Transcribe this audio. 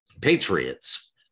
patriots